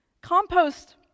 Compost